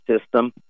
system